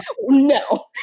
No